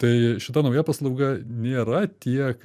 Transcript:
tai šita nauja paslauga nėra tiek